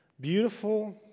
beautiful